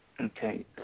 Okay